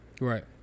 right